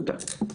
תודה.